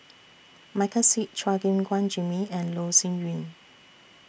Michael Seet Chua Gim Guan Jimmy and Loh Sin Yun